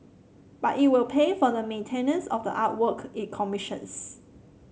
but it will pay for the maintenance of the artwork it commissions